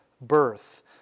birth